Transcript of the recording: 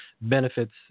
benefits